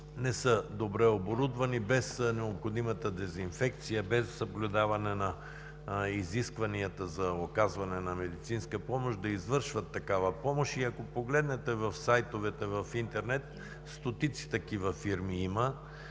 не са добре оборудвани, без необходимата дезинфекция, без съблюдаване на изискванията за оказване на медицинска помощ, да извършват такава помощ. Ако погледнете в сайтовете в интернет, има стотици такива фирми,